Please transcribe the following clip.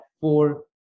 four